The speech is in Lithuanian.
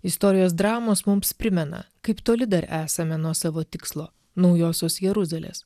istorijos dramos mums primena kaip toli dar esame nuo savo tikslo naujosios jeruzalės